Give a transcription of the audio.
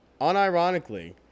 unironically